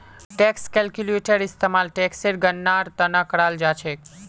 tax calculator इस्तेमाल टेक्सेर गणनार त न कराल जा छेक